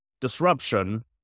disruption